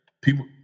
people